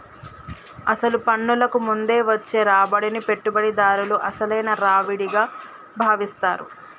అసలు పన్నులకు ముందు వచ్చే రాబడిని పెట్టుబడిదారుడు అసలైన రావిడిగా భావిస్తాడు